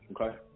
Okay